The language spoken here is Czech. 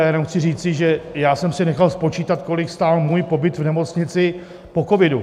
Jenom chci říci, že jsem si nechal spočítat, kolik stál můj pobyt v nemocnici po covidu.